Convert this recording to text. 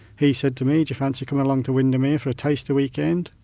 he said to me, do you fancy coming along to windemere for a taster weekend.